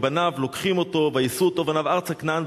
בניו לוקחים אותו: ויישאו אותו בניו ארצה כנען,